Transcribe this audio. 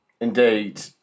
indeed